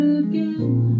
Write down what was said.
again